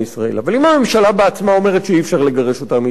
אבל אם הממשלה בעצמה אומרת שאי-אפשר לגרש אותם מישראל,